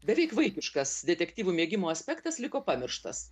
beveik vaikiškas detektyvų mėgimo aspektas liko pamirštas